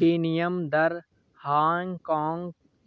विनिमय दर हांगकांग